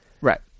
Right